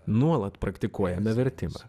nuolat praktikuojame vertimą